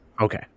Okay